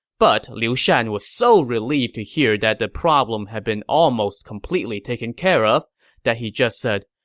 but liu shan was so relieved to hear that the problem had been almost completely taken care of that he just said,